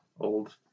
old